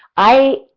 i,